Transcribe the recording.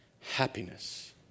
happiness